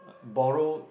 borrow